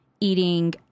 eating